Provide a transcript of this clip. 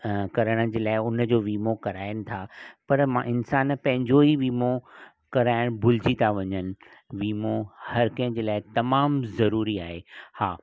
करण जे लाइ उन्हनि जो विमो कराइनि था पर मा इंसान पंहिंजो ई विमो कराइण भुलिजी था वञनि विमो हर कंहिं जे लाइ तमामु ज़रूरी आहे